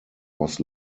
was